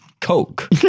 Coke